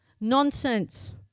nonsense